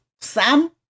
Sam